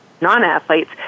non-athletes